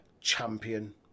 champion